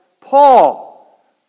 Paul